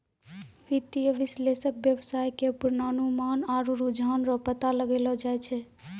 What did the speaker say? वित्तीय विश्लेषक वेवसाय के पूर्वानुमान आरु रुझान रो पता लगैलो जाय छै